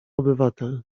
obywatel